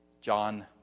John